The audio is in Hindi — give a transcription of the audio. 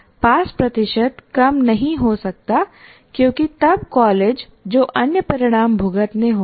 पास प्रतिशत कम नहीं हो सकता क्योंकि तब कॉलेज को अन्य परिणाम भुगतने होंगे